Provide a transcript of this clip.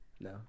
No